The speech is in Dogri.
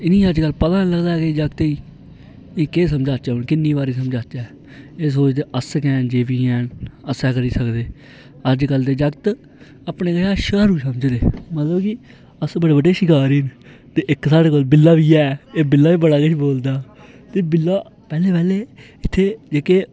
इनेंगी अजकल पता नेईं लगदा जागतें गी एह् केह् समझाचै हून किन्नी बारी समझाचै एह् सोचदे अस गै हैन जो बी हैन अस गै करी सकदे अजकल दे जागत अपने कशा शर्म समझदे मतलब कि अस बड़े बड्डे शिकारी ना ते इक साढ़े कोल बिल्ला बी एह् एह् बिल्ला बी बड़ा किश बोलदा ते बिल्ला पैहले पैहलें इत्थै जेहके